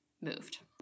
moved